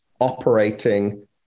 operating